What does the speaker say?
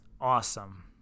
Awesome